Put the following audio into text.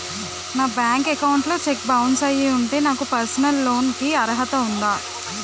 నా bank account లో cheque bounce అయ్యి ఉంటే నాకు పర్సనల్ లోన్ కీ అర్హత ఉందా?